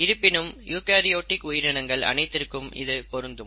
இருப்பினும் யூகரியோடிக் உயிரினங்கள் அனைத்திற்கும் இது பொருந்தும்